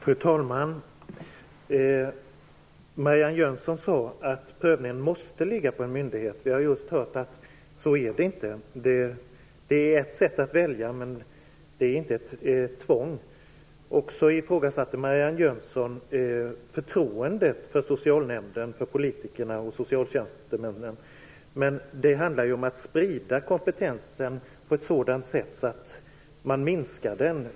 Fru talman! Marianne Jönsson sade att prövningen måste ligga på en myndighet. Vi har just hört att det inte är så. Man kan välja att förlägga den där, men det är inte ett tvång. Marianne Jönsson ifrågasatte också vårt förtroende för socialnämnderna, för politikerna och för socialtjänstemännen, men det handlar här om att kompetensen sprids på ett sådant sätt att den minskas.